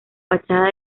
fachada